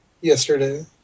yesterday